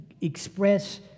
express